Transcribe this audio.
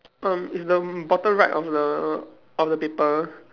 um it's the bottom right of the of the paper